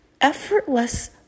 effortless